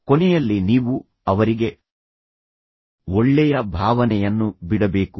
ಕೊನೆಯಲ್ಲಿ ನೀವು ಅವರಿಗೆ ಒಳ್ಳೆಯ ಭಾವನೆಯನ್ನು ಬಿಡಬೇಕು